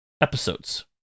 episodes